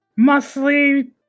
muscly